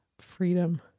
freedom